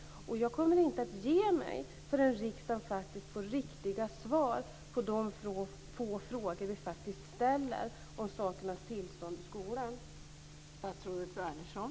Jag kommer inte att ge mig förrän riksdagen får riktiga svar på de få frågor vi faktiskt ställer om sakernas tillstånd i skolan.